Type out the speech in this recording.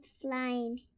flying